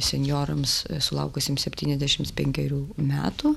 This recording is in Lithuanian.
senjorams sulaukusiems septyniasdešims penkerių metų